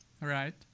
Right